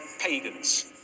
pagans